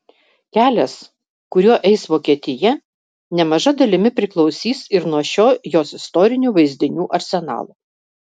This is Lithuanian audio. kelias kuriuo eis vokietija nemaža dalimi priklausys ir nuo šio jos istorinių vaizdinių arsenalo